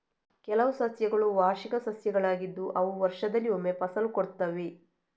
ಕೆಲವು ಸಸ್ಯಗಳು ವಾರ್ಷಿಕ ಸಸ್ಯಗಳಾಗಿದ್ದು ಅವು ವರ್ಷದಲ್ಲಿ ಒಮ್ಮೆ ಫಸಲು ಕೊಡ್ತವೆ